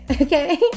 okay